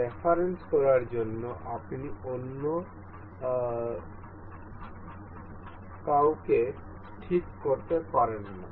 reference করার জন্য আপনি অন্য কাউকে ঠিক করতে পারবেন না